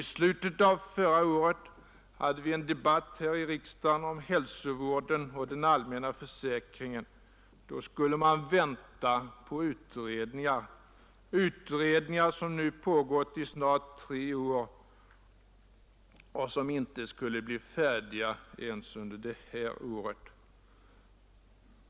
I slutet av förra året hade vi en debatt här i riksdagen om hälsovården och den allmänna försäkringen. Då ansågs det att vi borde vänta på resultatet av vissa utredningar — utredningar som nu pågått i snart tre år och som inte kommer bli färdiga ens under det här året.